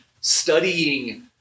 studying